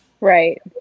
Right